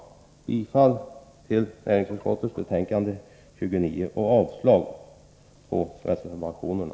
Härmed yrkas bifall till hemställan i näringsutskottets betänkande 29 och avslag på reservationerna.